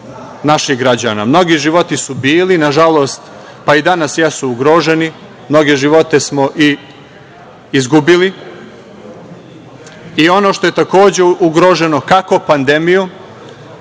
naših građana. Mnogi životi su bili, nažalost, pa i danas jesu, ugroženi. Mnoge živote smo i izgubili. Ono što je, takođe, ugroženo kako pandemijom,